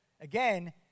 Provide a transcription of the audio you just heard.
Again